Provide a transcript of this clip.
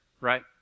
Right